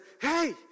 hey